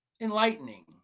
enlightening